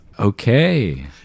Okay